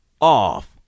off